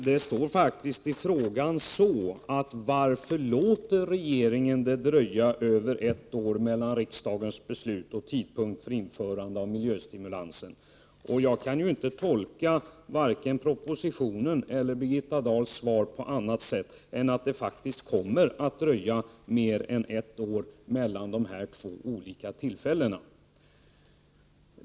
Herr talman! Frågan lyder faktiskt: ”Varför låter regeringen det dröja över ett år mellan riksdagens beslut och tidpunkt för införande av denna miljöstimulans?” Jag kan inte tolka vare sig propositionen eller Birgitta Dahls svar på annat sätt än att det faktiskt kommer att bli mer än ett år mellan dessa två olika tillfällen.